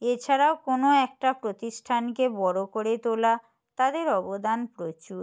এছাড়াও কোনো একটা প্রতিষ্ঠানকে বড় করে তোলা তাদের অবদান প্রচুর